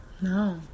No